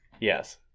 Yes